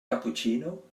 cappuccino